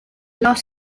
lost